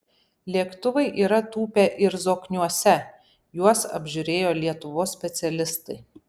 lėktuvai yra tūpę ir zokniuose juos apžiūrėjo lietuvos specialistai